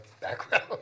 background